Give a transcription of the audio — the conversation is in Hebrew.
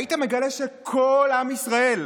היית מגלה שכל עם ישראל,